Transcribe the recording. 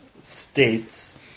states